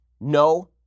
No